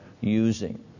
using